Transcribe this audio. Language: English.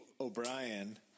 O'Brien